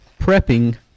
prepping